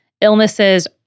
illnesses